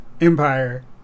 Empire